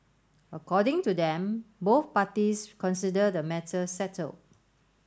according to them both parties consider the matter settled